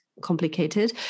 complicated